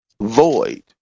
void